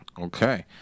okay